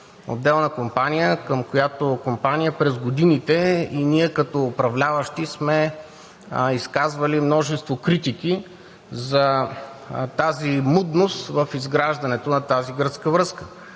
отделна компания, към която през годините и ние като управляващи сме изказвали множество критики за тази мудност в изграждането на гръцката връзка.